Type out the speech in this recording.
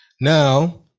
Now